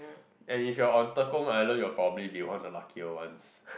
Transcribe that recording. and if you are on Tekong island you will probably be one of the luckier ones